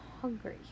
hungry